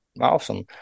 Awesome